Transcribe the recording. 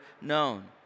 known